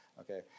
Okay